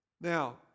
Now